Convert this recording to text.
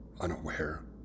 unaware